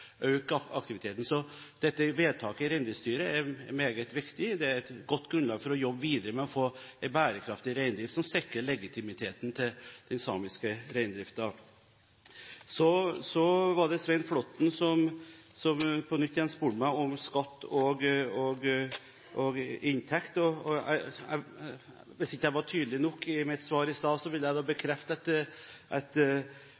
øke aktiviteten. Så dette vedtaket i Reindriftsstyret er meget viktig, det er et godt grunnlag for å jobbe videre med å få en bærekraftig reindrift som sikrer legitimiteten til den samiske reindriften. Så var det Svein Flåtten, som på nytt spurte meg om skatt og inntekt. Hvis jeg ikke var tydelig nok i mitt svar i stad, vil jeg